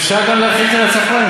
אפשר גם להתחיל מהצפון,